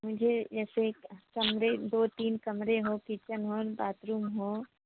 मुझे जैसे कमरे जैसे दो तीन कमरे हों किचन हो बाथरूम हो